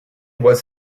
was